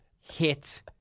hit